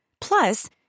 Plus